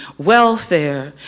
welfare,